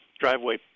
driveway